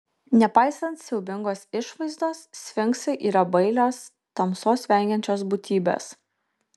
nepaisant siaubingos išvaizdos sfinksai yra bailios tamsos vengiančios būtybės